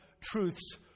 truths